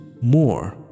more